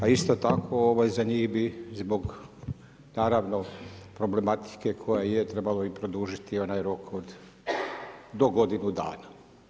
A isto tako, za njih bi zbog naravno problematike koja je trebalo i produžiti onaj rok od, do godinu dana.